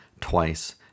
twice